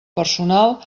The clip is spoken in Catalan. personal